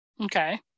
Okay